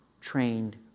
trained